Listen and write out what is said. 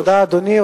תודה, אדוני.